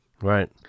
right